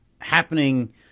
happening